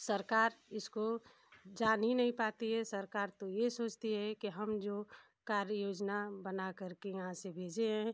सरकार इसको जान ही नहीं पाती है सरकार तो ये सोचती है कि हम जो कार्य योजना बनाकर के यहाँ से भेजे हैं